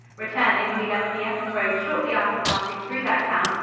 returning, we left the epping road shortly after passing through that town,